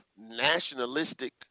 nationalistic